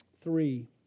three